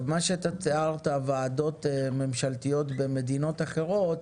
מה שאתה תיארת, ועדות ממשלתיות במדינות אחרות,